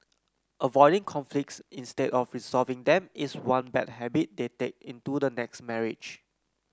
avoiding conflicts instead of resolving them is one bad habit they take into the next marriage